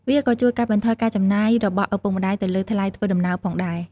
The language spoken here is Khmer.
វាក៏ជួយកាត់បន្ថយការចំណាយរបស់ឪពុកម្តាយទៅលើថ្លៃធ្វើដំណើរផងដែរ។